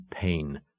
pain